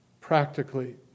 practically